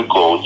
go